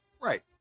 Right